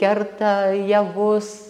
kerta javus